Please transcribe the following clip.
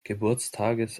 geburtstages